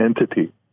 entity